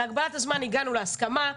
על הגבלת הזמן הגענו להסכמה,